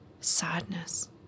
sadness